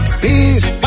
peace